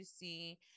see